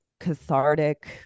cathartic